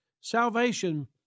Salvation